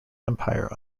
empire